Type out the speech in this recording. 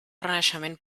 renaixement